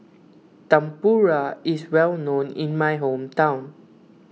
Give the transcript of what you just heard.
Tempura is well known in my hometown